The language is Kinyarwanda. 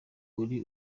ari